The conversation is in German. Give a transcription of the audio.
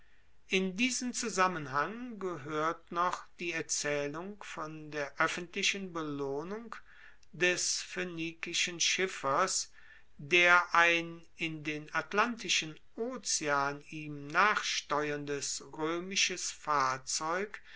in diesen zusammenhang gehoert noch die erzaehlung von der oeffentlichen belohnung des phoenikischen schiffers der ein in den atlantischen ozean ihm nachsteuerndes roemisches fahrzeug